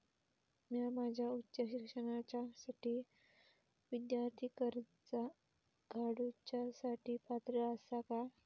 म्या माझ्या उच्च शिक्षणासाठीच्या विद्यार्थी कर्जा काडुच्या साठी पात्र आसा का?